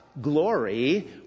glory